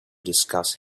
discuss